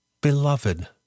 beloved